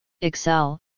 Excel